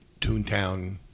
Toontown